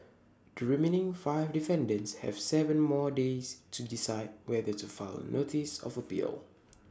the remaining five defendants have Seven more days to decide whether to file A notice of appeal